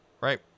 Right